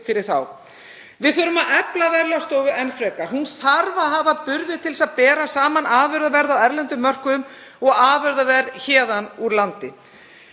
fyrir þá. Við þurfum að efla Verðlagsstofu enn frekar. Hún þarf að hafa burði til að bera saman afurðaverð á erlendum mörkuðum og afurðaverð héðan úr landi.